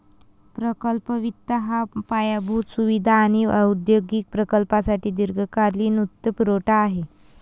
प्रकल्प वित्त हा पायाभूत सुविधा आणि औद्योगिक प्रकल्पांसाठी दीर्घकालीन वित्तपुरवठा आहे